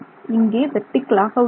இங்கே வெர்ட்டிகளாக உள்ளது